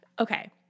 Okay